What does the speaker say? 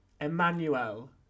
Emmanuel